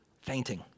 fainting